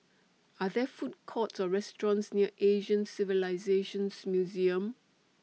Are There Food Courts Or restaurants near Asian Civilisations Museum